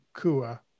Kua